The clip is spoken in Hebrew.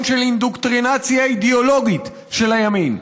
של אינדוקטרינציה אידיאולוגית של הימין.